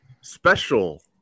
special